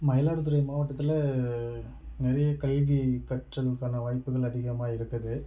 மயிலாடுதுறை மாவட்டத்தில் நிறைய கல்வி கற்றல்க்கான வாய்ப்புகள் அதிகமாக இருக்குது